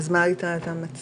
מה אתה מציע?